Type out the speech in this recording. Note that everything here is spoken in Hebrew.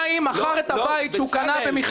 מכר את הבית שהוא קנה במכרז,